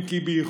אם כי באיחור,